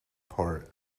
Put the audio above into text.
part